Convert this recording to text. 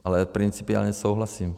Ale principiálně souhlasím.